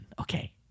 okay